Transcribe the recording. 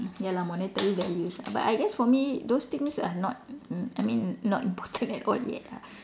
ya lah monetary values ah but I guess for me those things are not m~ I mean not important at all yet ah